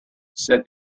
said